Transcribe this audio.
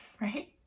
right